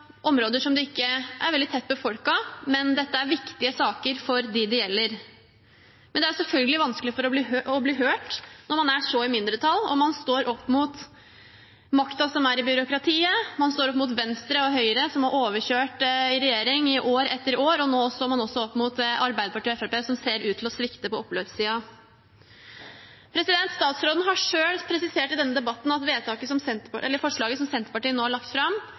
områder som ikke er veldig tett befolkede, men dette er viktige saker for dem det gjelder. Men det er selvfølgelig vanskelig å bli hørt når man er så i mindretall og står opp mot makten som er i byråkratiet. Man står opp mot Venstre og Høyre, som har overkjørt i regjering i år etter år, og nå står man også opp mot Arbeiderpartiet og Fremskrittspartiet, som ser ut til å svikte på oppløpssiden. Statsråden har selv presisert i denne debatten at forslaget som Senterpartiet nå har lagt fram,